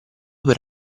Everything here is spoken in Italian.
per